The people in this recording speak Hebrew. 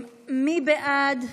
מי בעד?